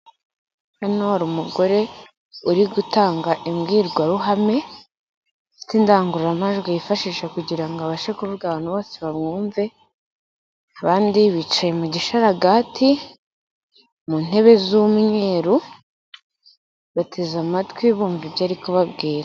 Hano hari umugore, uri gutanga imbwirwaruhame, ufite indangururamajwi yifashisha kugira ngo abashe kuvuga abantu bose bamwumve, abandi bicaye mu gisharagati mu ntebe z'umweru, bateze amatwi bumva ibyo ari kubabwira.